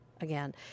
again